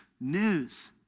news